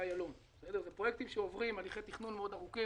איילון אלא אלה פרויקטים שעוברים הליכי תכנון ארוכים מאוד,